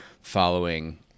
following